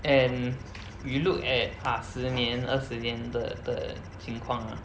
and you look at uh 十年二十年的的情况 ah